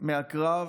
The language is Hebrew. מהקרב